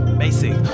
basic